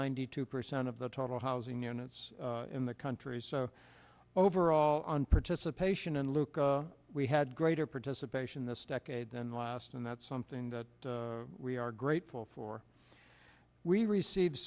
ninety two percent of the total housing units in the country so overall on participation in lucca we had greater participation this decade than last and that's something that we are grateful for we receive